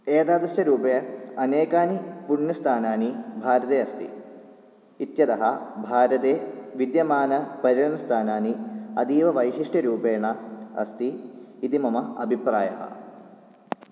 एतादृशरूपे अनेकानि पुण्यस्थानानि भारते अस्ति इत्यतः भारते विद्यमानपर्यटनस्थानानि अतीववैशिष्ट्यरूपेण अस्ति इति मम अभिप्रायः